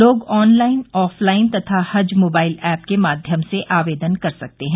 लोग online offline तथा हज मोबाइल ऐप के माध्यम से आवेदन कर सकते हैं